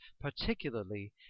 particularly